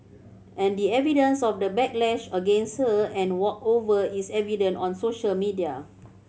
and the evidence of the backlash against her and walkover is evident on social media